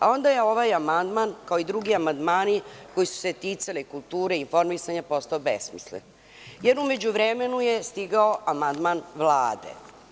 Onda je ovaj amandman, kao i drugi amandmani koji su se ticali kulture i informisanja postao besmislen, jer je u međuvremenu stigao amandman Vlade.